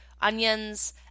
onions